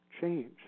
change